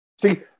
See